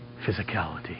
physicality